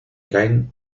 caen